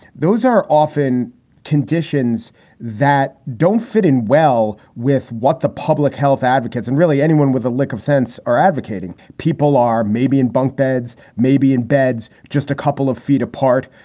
those are often conditions that don't fit in well with what the public health advocates and really anyone with a lick of sense are advocating. people are maybe in bunkbeds, maybe in beds just a couple of feet apart.